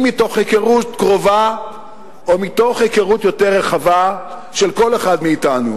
אם מתוך היכרות קרובה או מתוך היכרות יותר רחבה של כל אחד מאתנו,